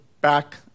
back